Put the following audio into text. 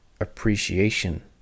appreciation